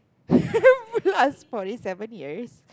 put us forty seven years